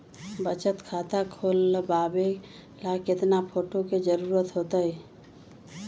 बचत खाता खोलबाबे ला केतना फोटो के जरूरत होतई?